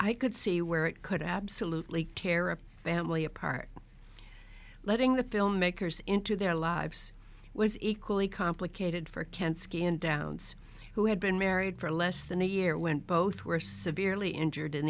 i could see where it could absolutely tear up family apart letting the filmmakers into their lives was equally complicated for kent skin downs who had been married for less than a year went both were severely injured in